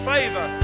Favor